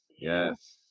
Yes